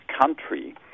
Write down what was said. country